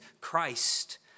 Christ